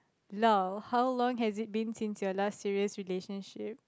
lull how long has it been since your last serious relationship